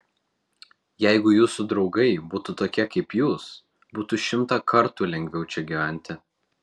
jeigu jūsų draugai būtų tokie kaip jūs būtų šimtą kartų lengviau čia gyventi